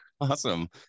Awesome